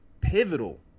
pivotal